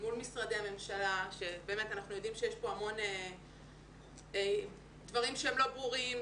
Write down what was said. מול משרדי הממשלה שבאמת אנחנו יודעים שיש פה המון דברים שהם לא ברורים,